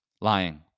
lying